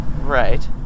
Right